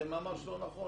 זה ממש לא נכון,